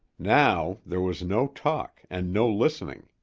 now, there was no talk and no listening.